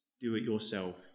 do-it-yourself